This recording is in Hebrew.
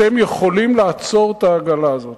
אתם יכולים לעצור את העגלה הזאת.